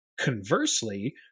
Conversely